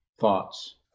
thoughts